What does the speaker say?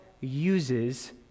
uses